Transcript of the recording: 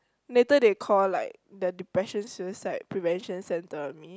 later they call like the depression suicide prevention center on me